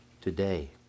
Today